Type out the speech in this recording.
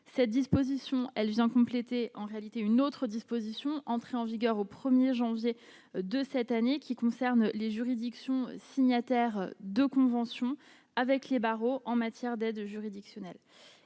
cette disposition, elle vient compléter en réalité une autre disposition, entrée en vigueur au 1er janvier de cette année, qui concerne les juridictions signataire de conventions avec les barreaux en matière d'aide juridictionnelle